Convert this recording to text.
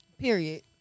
Period